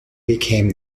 became